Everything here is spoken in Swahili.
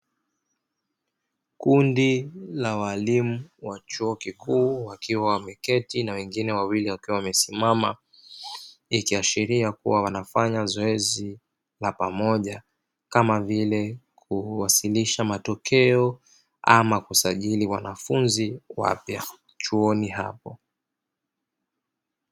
Kundi la walimu la chuo kikuu wakiwa wameketi na wengine wawili wakiwa wamesimama ikiashiria kuwa wanafanya zoezi la pamoja kama vile kuwasilisha matokeo ama kusajili wanafunzi wapya chuoni hapo.